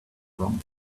around